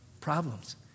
problems